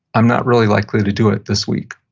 i'm not really likely to do it this week.